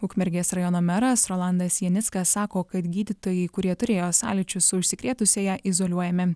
ukmergės rajono meras rolandas janickas sako kad gydytojai kurie turėjo sąlyčių su užsikrėtusiąja izoliuojami